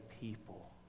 people